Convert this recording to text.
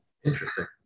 Interesting